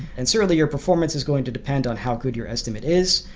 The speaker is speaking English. and certainly, your performance is going to depend on how good your estimate is,